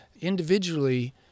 individually